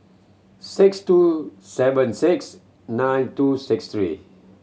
six two seven six nine two six three